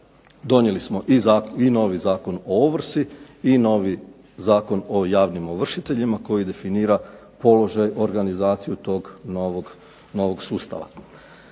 Donijeli smo i novi Zakon o ovrsi, i novi Zakon o javnim ovršiteljima koji definira položaj organizaciju tog novog sustava.